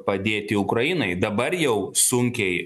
padėti ukrainai dabar jau sunkiai